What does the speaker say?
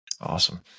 Awesome